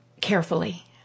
Carefully